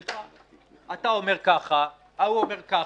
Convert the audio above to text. "סליחה, אתה אומר כך, ההוא אומר כך,